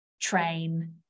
train